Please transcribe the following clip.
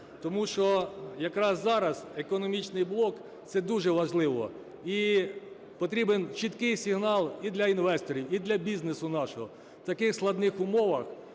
Тому що якраз зараз економічний блок – це дуже важливо, і потрібен чіткий сигнал і для інвесторів, і для бізнесу нашого, в таких складних умовах